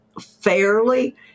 fairly